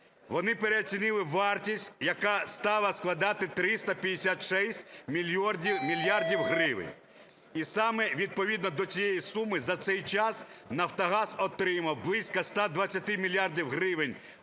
Вони переоцінили вартість, яка стала складати 356 мільярдів гривень. І саме відповідно до цієї суми за цей час "Нафтогаз" отримав близько 120 мільярдів гривень